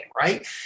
right